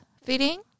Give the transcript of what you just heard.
fitting